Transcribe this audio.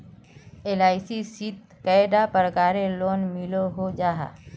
LIC शित कैडा प्रकारेर लोन मिलोहो जाहा?